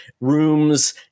rooms